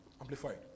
amplified